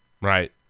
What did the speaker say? Right